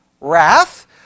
wrath